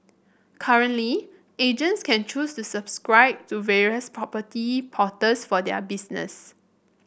currently agents can choose to subscribe to various property porters for their business